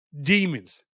demons